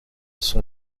son